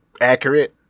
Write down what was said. accurate